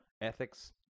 ethics